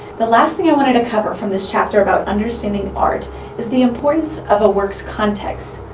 the last thing i want to cover from this chapter about understanding art is the importance of a work's context.